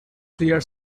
clear